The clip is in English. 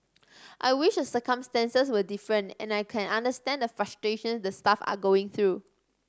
I wish the circumstances were different and I can understand the frustration the staff are going through